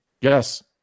Yes